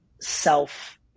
self